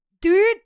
dude